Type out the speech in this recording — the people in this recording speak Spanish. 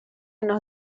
nos